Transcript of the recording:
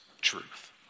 truth